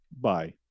Bye